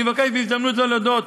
אני מבקש בהזדמנות זו להודות